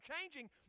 changing